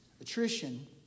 Attrition